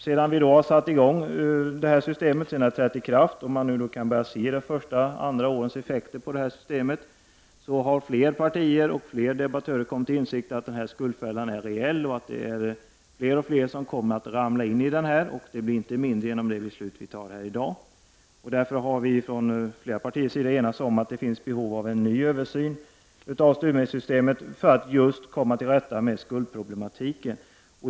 Sedan systemet trätt i kraft och man sett följderna under ett par år har fler partier och debattörer kommit till insikt om att skuldfällan är reell och att fler och fler kommer att ramla in i den. Denna risk blir inte mindre genom beslutet i dag. Det behövs en ny översyn för att komma till rätta med skuldproblematiken.